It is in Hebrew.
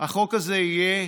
החוק הזה יהיה